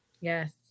Yes